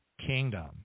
kingdom